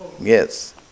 yes